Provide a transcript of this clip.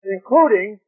Including